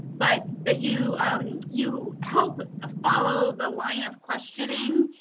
but that you um you helped follow the line of questioning,